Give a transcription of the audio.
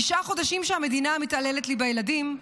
תשעה חודשים שהמדינה מתעללת לי בילדים,